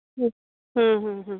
ह्म् ह्म् ह्म्